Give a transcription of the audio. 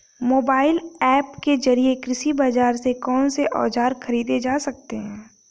Mobile app के जरिए कृषि बाजार से कौन से औजार ख़रीदे जा सकते हैं?